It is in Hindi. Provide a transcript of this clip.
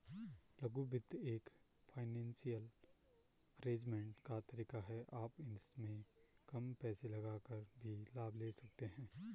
लघु वित्त एक फाइनेंसियल अरेजमेंट का तरीका है आप इसमें कम पैसे लगाकर भी लाभ ले सकते हैं